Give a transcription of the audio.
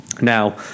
Now